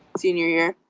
senior year,